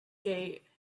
gate